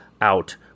out